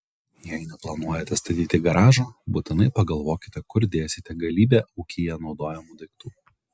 jei neplanuojate statyti garažo būtinai pagalvokite kur dėsite galybę ūkyje naudojamų daiktų